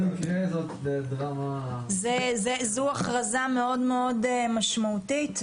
זאת הכרזה מאוד מאוד משמעותית,